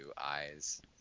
eyes